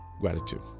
gratitude